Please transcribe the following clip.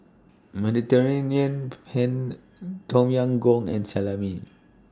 Mediterranean Penne Tom Yam Goong and Salami